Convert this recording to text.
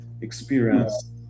experience